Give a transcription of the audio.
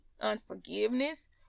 unforgiveness